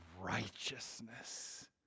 righteousness